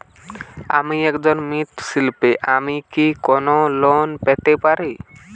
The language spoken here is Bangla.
আমি একজন মৃৎ শিল্পী আমি কি কোন লোন পেতে পারি?